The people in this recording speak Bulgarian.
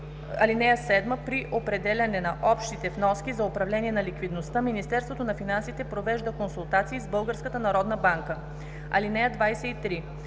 ал. 7. При определяне на общите насоки за управление на ликвидността Министерството на финансите провежда консултации с Българската